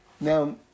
Now